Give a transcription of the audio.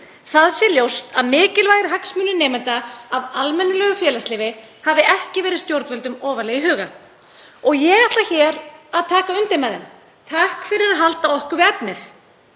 Það sé ljóst að mikilvægir hagsmunir nemenda af almennilegu félagslífi hafi ekki verið stjórnvöldum ofarlega í huga. Og ég ætla hér að taka undir með þeim. Takk fyrir að halda okkur við efnið.